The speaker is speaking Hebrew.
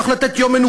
ומה אתה עונה